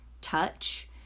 touch